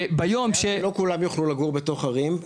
וביום ש- -- ולא כולם יוכלו בתוך ערים,